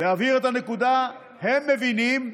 להבהיר את הנקודה, הם מבינים,